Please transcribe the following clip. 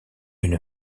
une